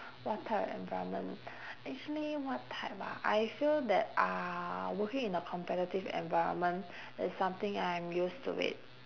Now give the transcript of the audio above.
what type of environment actually what type ah I feel that uh working in a competitive environment is something I'm used to it